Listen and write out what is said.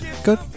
good